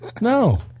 No